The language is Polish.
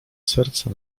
serce